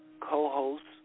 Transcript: co-hosts